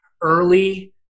early